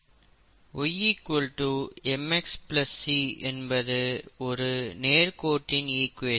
y mx c என்பது ஒரு நேர் கோட்டின் ஈக்வேஷன்